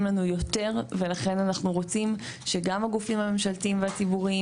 לנו יותר ולכן אנחנו רוצים שגם הגופים הממשלתיים והציבוריים